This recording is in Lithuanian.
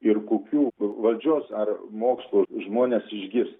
ir kokių valdžios ar mokslo žmones išgirsti